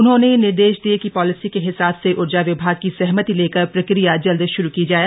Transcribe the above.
उन्होंने निर्देश दिये कि पॉलिसी के हिसाब से ऊर्जा विभाग की सहमति लेकर प्रक्रिया जल्द शुरू की जाय